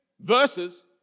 verses